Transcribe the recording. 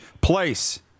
place